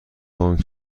بانک